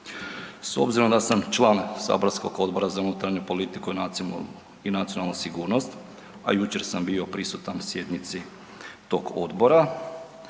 S obzirom da sam član saborskog Odbora za unutarnju politiku i nacionalnu sigurnost a jučer sam bio prisutan sjednici tog odbora